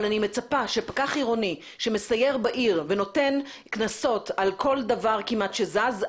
אבל אני מצפה שפקח עירוני שמסייר בעיר ונותן קנסות על כל דבר כמעט שזז,